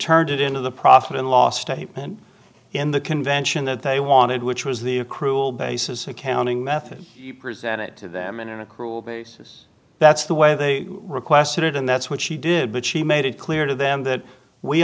turned it into the profit and loss statement in the convention that they wanted which was the accrual basis accounting method presented to them in an accrual basis that's the way they requested it and that's what she did but she made it clear to them that we